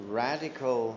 radical